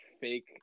fake